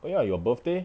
oh ya your birthday